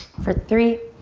for three,